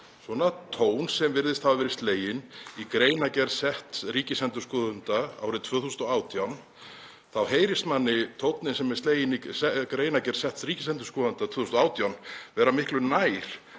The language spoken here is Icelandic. þann tón sem virðist hafa verið sleginn í greinargerð setts ríkisendurskoðanda árið 2018, þá heyrist manni tónninn sem er sleginn í greinargerð setts ríkisendurskoðanda 2018 vera miklu nær